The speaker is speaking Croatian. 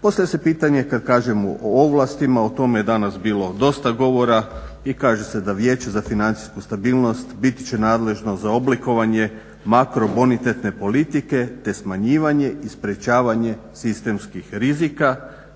Postavlja se pitanje kad kažemo o ovlastima, o tome je danas bilo dosta govora i kaže se da Vijeće za financijsku stabilnost bit će nadležno za oblikovanje makrobonitetne politike te smanjivanje i sprečavanje sistemskih rizika